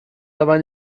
dabei